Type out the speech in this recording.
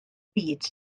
byd